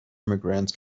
immigrant